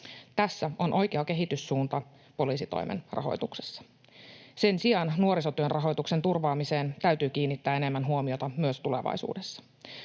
Tässä on oikea kehityssuunta poliisitoimen rahoituksessa. Sen sijaan nuorisotyön rahoituksen turvaamiseen täytyy kiinnittää enemmän huomiota myös tulevaisuudessa.